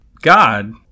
God